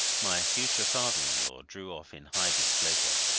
my future father-in-law drew off in high displeasure,